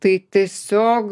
tai tiesiog